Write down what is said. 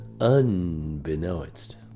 Unbeknownst